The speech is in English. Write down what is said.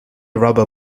rubber